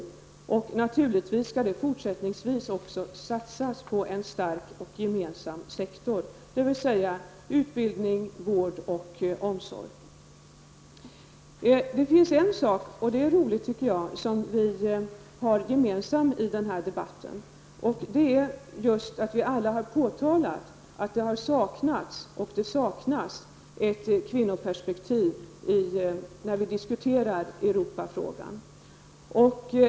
Naturligtvis skall det även fortsättningsvis satsas på en stark och gemensam sektor, dvs. utbildning, vård och omsorg. Det finns en sak som vi har gemensamt i denna debatt, vilket jag tycker är roligt, nämligen att vi alla har påtalat att det har saknats och saknas ett kvinnoperspektiv när vi diskuterar Europafrågan.